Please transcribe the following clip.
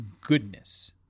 goodness